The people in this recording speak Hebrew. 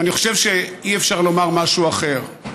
אני חושב שאי-אפשר לומר משהו אחר.